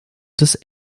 des